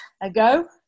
ago